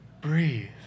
breathe